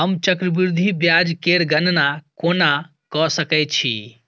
हम चक्रबृद्धि ब्याज केर गणना कोना क सकै छी